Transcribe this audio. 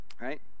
right